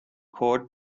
chord